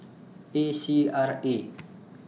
A C R A